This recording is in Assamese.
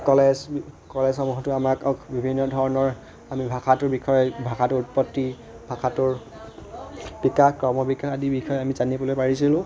কলেজ কলেজসমূহতো আমাক বিভিন্ন ধৰণৰ আমি ভাষাটোৰ বিষয়ে ভাষাটোৰ উৎপত্তি ভাষাটোৰ বিকাশ ক্ৰমবিকাশ আদিৰ বিষয়ে আমি জানিবলৈ পাৰিছিলোঁ